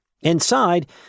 Inside